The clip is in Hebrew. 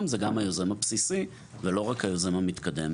זה גם היוזם הבסיסי ולא רק היוזם המתקדם.